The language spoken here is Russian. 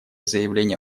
заявление